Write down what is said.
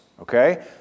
okay